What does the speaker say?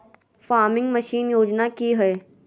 Farming machine योजना कि हैय?